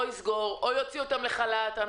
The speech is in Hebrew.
או יסגור או יוציא אותם לחל"ת.